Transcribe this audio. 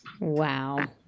Wow